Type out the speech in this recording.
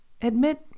Admit